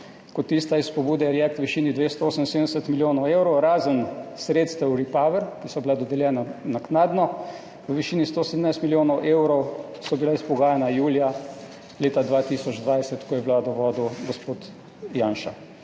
kot tista iz pobude REACT-EU v višini 278 milijonov evrov, razen sredstev REPowerEU, ki so bila dodeljena naknadno, v višini 117 milijonov evrov, ki so bila izpogajana julija leta 2020, ko je Vlado vodil gospod Janša.